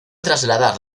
trasladar